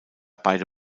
beide